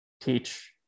teach